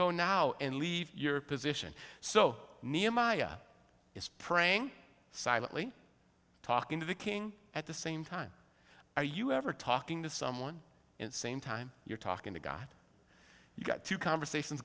go now and leave your position so nehemiah is praying silently talking to the king at the same time are you ever talking to someone in same time you're talking to god you've got two conversations